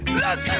look